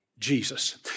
Jesus